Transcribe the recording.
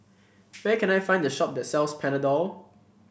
where can I find the shop that sells Panadol